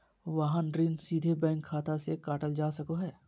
वाहन ऋण सीधे बैंक खाता से काटल जा सको हय